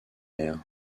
air